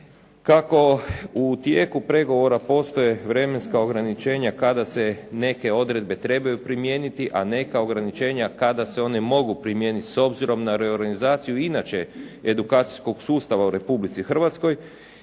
Kako u tijeku pregovora postoje vremenska ograničenja kada se neke odredbe trebaju primijeniti, a neka ograničenja kada se one mogu primijenit s obzirom na reorganizaciju i inače edukacijskog sustava u Republici Hrvatskoj,